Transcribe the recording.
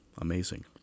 Amazing